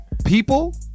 people